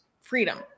freedom